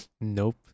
nope